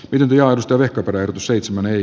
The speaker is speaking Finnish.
yliajosta vehkaperän seitsemän eli